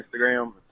Instagram